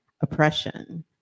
oppression